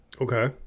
Okay